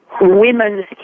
women